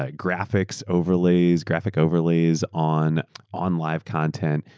like graphics overlays graphics overlays on on live content,